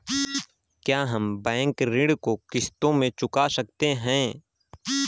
क्या हम बैंक ऋण को किश्तों में चुका सकते हैं?